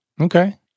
Okay